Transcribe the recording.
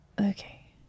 Okay